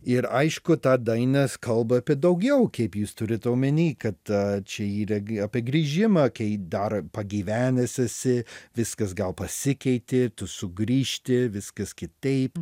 ir aišku ta dainas kalba apie daugiau kaip jūs turit omeny kad čia yra apie grįžimą kai dar pagyvenęs esi viskas gal pasikeitė tu sugrįžti viskas kitaip